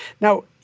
Now